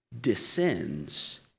descends